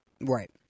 Right